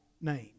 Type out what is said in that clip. name